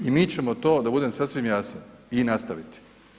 I mi ćemo to da budem sasvim jasan i nastaviti.